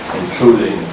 including